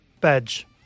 badge